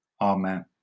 Amen